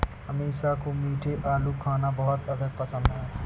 अमीषा को मीठे आलू खाना बहुत अधिक पसंद है